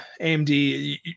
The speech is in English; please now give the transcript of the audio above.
amd